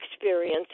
experience